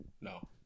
No